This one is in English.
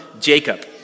Jacob